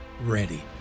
ready